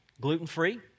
gluten-free